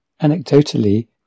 Anecdotally